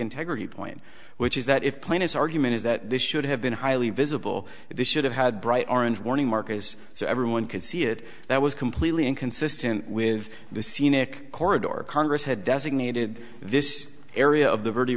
integrity point which is that if planet argument is that this should have been highly visible they should have had bright orange warning markers so everyone could see it that was completely inconsistent with the scenic corridor congress had designated this area of